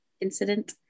incident